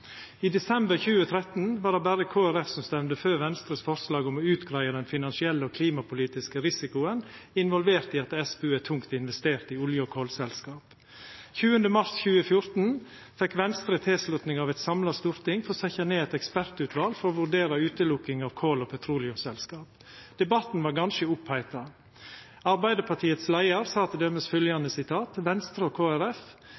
I desember 2013 var det berre Kristeleg Folkeparti som stemde for Venstres forslag om å greia ut den finansielle og klimapolitiske risikoen involvert i at SPU tungt har investert i olje- og kolselskap. Den 20. mars 2014 fekk Venstre tilslutning frå eit samla storting for å setja ned eit ekspertutval for å vurdera utelukking av kol- og petroleumsselskap. Debatten var ganske oppheta. Arbeidarpartiets leiar sa